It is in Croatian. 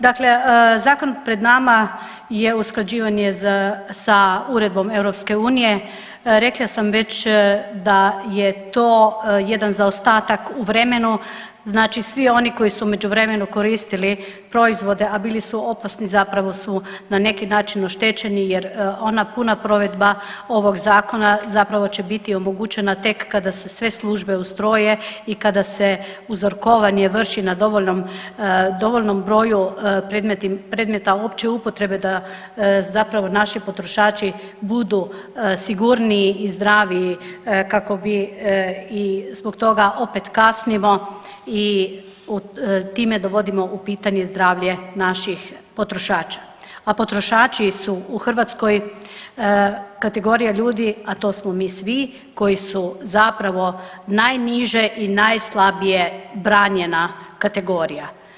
Dakle zakon pred nama je usklađivanje sa uredbom EU, rekla sam već da je to jedan zaostatak u vremenu, znači svi oni koji su u međuvremenu koristili proizvode, a bili su opasni zapravo su na neki način oštećeni jer ona puna provedba ovog Zakona zapravo će biti omogućena tek kada se sve službe ustroje i kada se uzorkovanje vrši na dovoljnom broju predmeta opće upotrebe, da zapravo naši potrošači budu sigurniji i zdraviji kako bi i zbog toga, opet kasnimo i time dovodimo u pitanje zdravlje naših potrošača, a potrošači su u Hrvatskoj kategorija ljudi, a to smo mi svi, koji su zapravo najniže i najslabija branjena kategorija.